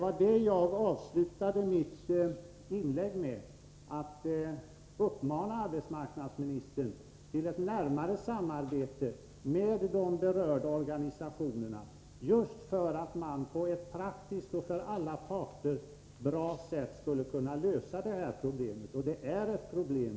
Jag avslutade mitt inlägg med att uppmana arbetsmarknadsministern till ett närmare samarbete med de berörda organisationerna, just för att man på ett praktiskt och för alla parter bra sätt skulle kunna lösa detta problem, därför att detta är ett problem.